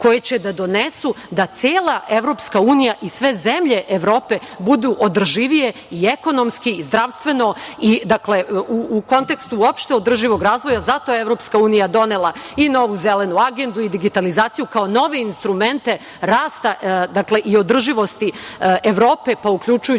koje će da donesu da cela EU i sve zemlje Evrope budu održivije i ekonomski i zdravstveno, u kontekstu opšte održivog razvoja. Zato je EU donela i novu zelenu agendu i digitalizaciju, kao nove instrumente rasta i održivosti Evrope, uključujući